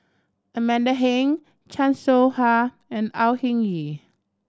Amanda Heng Chan Soh Ha and Au Hing Yee